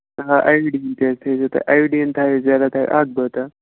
آ iodine تہِ حظ تھٲوِزیٚو تُہۍ آیوڈیٖن تھٲوِزیٚو تُہۍ اکھ بٲتل